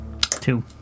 Two